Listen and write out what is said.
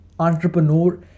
Entrepreneur